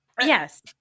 Yes